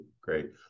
great